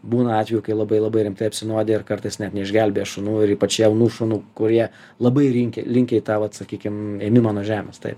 būna atvejų kai labai labai rimtai apsinuodija ir kartais net neišgelbėja šunų ir ypač jaunų šunų kurie labai rinkę linkę į tą vat sakykim ėmimą nuo žemės tai